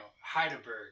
heidelberg